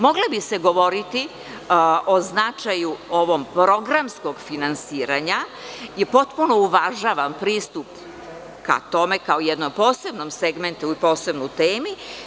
Moglo bi se govoriti o značaju ovog programskog finansiranja i potpuno uvažavam pristup ka tome kao jednom posebnom segmentu i posebnoj temi.